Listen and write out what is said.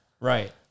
Right